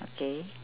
okay